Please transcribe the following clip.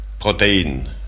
protein